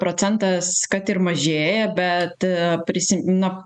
procentas kad ir mažėja bet prisi na